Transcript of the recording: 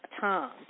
Tom